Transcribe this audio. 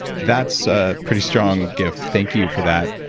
that's a pretty strong gift. thank you for that.